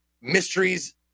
mysteries